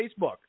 Facebook